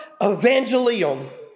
evangelium